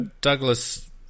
Douglas